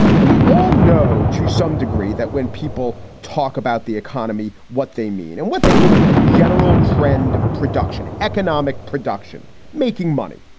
we all know to some degree that when people talk about the economy, what they mean and what they mean is the general trend of production, economic production making money.